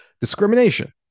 Discrimination